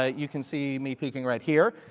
ah you can see me peaking right here.